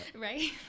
right